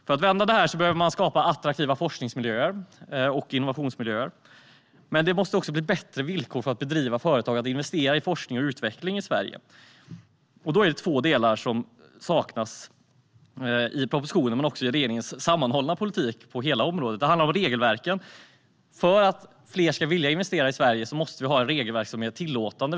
För att vända det här behöver man skapa attraktiva forskningsmiljöer och innovationsmiljöer. Men det måste också bli bättre villkor för att driva företag och investera i forskning och utveckling i Sverige. Då är det två delar som saknas i propositionen men också i regeringens sammanhållna politik på hela området. Den första delen handlar om regelverken. För att fler ska vilja investera i Sverige måste vi ha regelverk som är tillåtande.